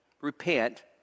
repent